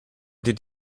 did